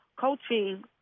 coaching